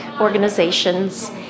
organizations